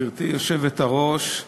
גברתי היושבת-ראש,